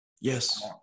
yes